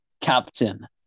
Captain